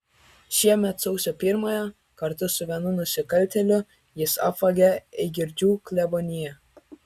šiemet sausio pirmąją kartu su vienu nusikaltėliu jis apvogė eigirdžių kleboniją